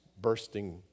bursting